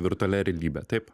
virtualia realybe taip